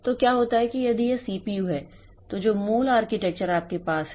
तो क्या होता है कि यदि यह सीपीयू है तो जो मूल आर्किटेक्चर आपके पास है